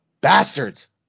bastards